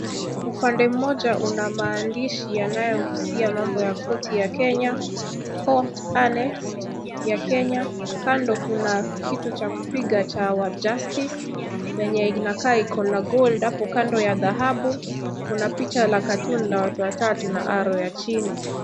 Upande mmoja una maadishi yanayohusia mambo ya korti ya KENYA COURT ANNEXED ya Kenya. Kando kuna kitu cha kupiga cha our justice , yenye inakaa iko na gold hapo kando ya dhahabu. Kuna picha la cartoon la watu watatu na arrow ya chini.